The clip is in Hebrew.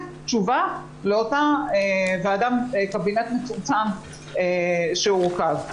תשובה לאותה ועדת קבינט מצומצם שהורכב.